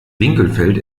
winkelfeld